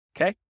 okay